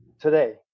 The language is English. today